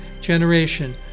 generation